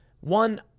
one